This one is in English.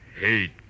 Hate